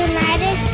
United